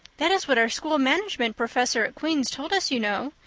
that is what our school management professor at queen's told us, you know.